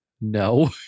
No